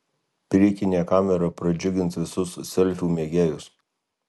priekinė kamera pradžiugins visus selfių mėgėjus